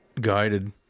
guided